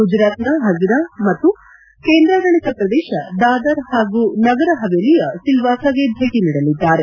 ಗುಜರಾತ್ನ ಪಝಿರಾ ಮತ್ತು ಕೇಂದ್ರಾಡಳಿತ ಪ್ರದೇಶ ದಾದರ್ ಮತ್ತು ನಗರ ಹವೆಲಿಯ ಸಿಲ್ವಾಸ್ಲಾಗೆ ಭೇಟಿ ನೀಡಲಿದ್ದಾರೆ